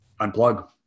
unplug